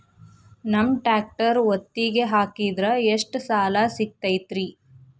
ನಮ್ಮ ಟ್ರ್ಯಾಕ್ಟರ್ ಒತ್ತಿಗೆ ಹಾಕಿದ್ರ ಎಷ್ಟ ಸಾಲ ಸಿಗತೈತ್ರಿ?